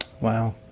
Wow